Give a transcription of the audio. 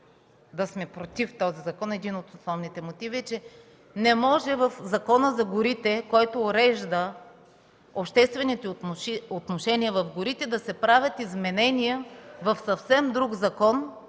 да сме против този закон е, че не може в Закона за горите, който урежда обществените отношения в горите, да се правят изменения в съвсем друг закон